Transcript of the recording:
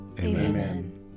Amen